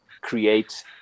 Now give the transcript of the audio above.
create